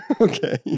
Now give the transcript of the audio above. Okay